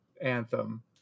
anthem